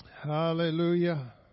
Hallelujah